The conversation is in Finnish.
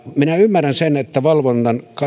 minä ymmärrän sen että valvonnan